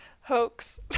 Hoax